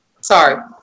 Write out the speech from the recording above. Sorry